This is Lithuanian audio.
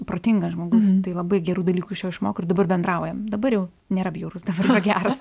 protingas žmogus tai labai gerų dalykų iš jo išmokau ir dabar bendraujam dabar jau nėra bjaurus dabar yra geras